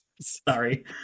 Sorry